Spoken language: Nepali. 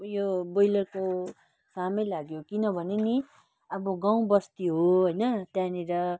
उयो ब्रोइलरको कामै लाग्यो किनभने नि अब गाउँ बस्ती हो होइन त्यहाँनिर